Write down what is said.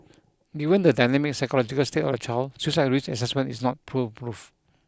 given the dynamic psychological state of the child suicide risk assessment is not foolproof